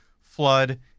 flood